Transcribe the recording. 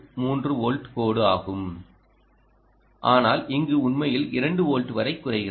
3 volt கோடு ஆகும் ஆனால் இங்கு உண்மையில் 2 வோல்ட் வரை குறைகிறது